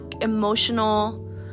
emotional